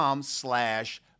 slash